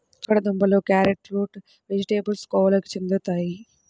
చిలకడ దుంపలు, క్యారెట్లు రూట్ వెజిటేబుల్స్ కోవలోకి చేరుతాయి